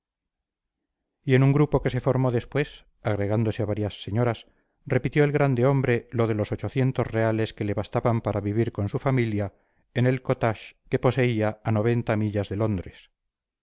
y en un grupo que se formó después agregándose varias señoras repitió el grande hombre lo de los ochocientos reales que le bastaban para vivir con su familia en el cottage que poseía a noventa millas de londres